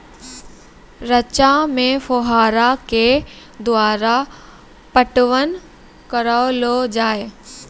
रचा मे फोहारा के द्वारा पटवन करऽ लो जाय?